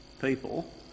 people